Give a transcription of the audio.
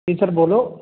जी sir बोलो